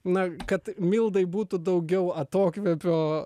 na kad mildai būtų daugiau atokvėpio